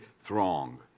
throng